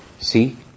see